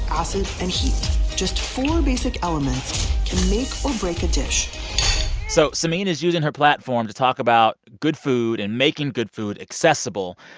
acid, and heat just four basic elements can make or break a dish so samin is using her platform to talk about good food and making good food accessible.